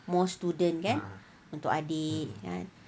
more students kan untuk adik kan